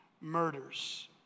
murders